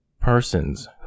Persons